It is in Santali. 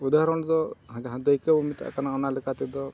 ᱩᱫᱟᱦᱚᱨᱚᱱ ᱫᱚ ᱡᱟᱦᱟᱸ ᱫᱟᱹᱭᱠᱟᱹᱵᱚᱱ ᱢᱮᱛᱟᱜ ᱠᱟᱱᱟ ᱚᱱᱟ ᱞᱮᱠᱟ ᱛᱮᱫᱚ